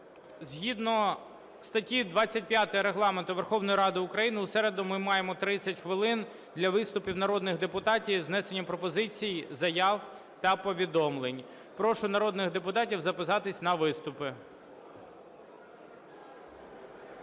згідно статті 25 Регламенту Верховної Ради України у середу ми маємо 30 хвилин для виступів народних депутатів із внесенням пропозицій, заяв та повідомлень. Прошу народних депутатів записатись на виступи.